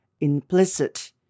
implicit